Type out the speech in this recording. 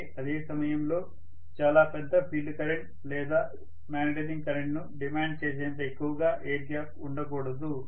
అయితే అదే సమయంలో చాలా పెద్ద ఫీల్డ్ కరెంట్ లేదా మాగ్నెటైజింగ్ కరెంట్ను డిమాండ్ చేసేంత ఎక్కువగా ఎయిర్ గ్యాప్ ఉండకూడదు